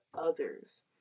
others